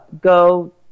go